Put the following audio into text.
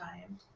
time